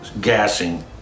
gassing